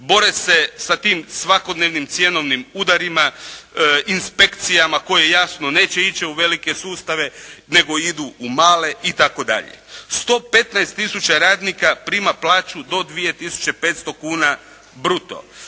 bore se sa tim svakodnevnim cjenovnim udarima, inspekcijama koje, jasno neće ići u velike sustave, nego idu u male itd. 115 tisuće radnika prima plaću do 2 tisuće 500 kuna bruto.